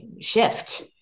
shift